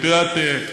את יודעת,